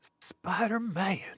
Spider-Man